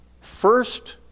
First